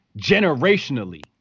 generationally